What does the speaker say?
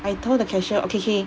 I told the cashier okay K